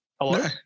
hello